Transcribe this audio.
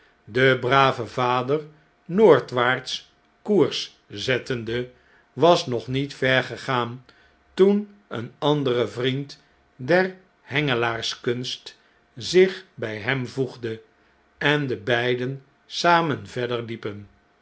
de brave vader noordwaarts koers zettende was nog niet ver gegaan toen een andere vriend der hengelaarskunst zich by hem voegde en de beiden samen verder liepen